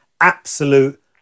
absolute